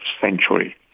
century